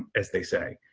as they say.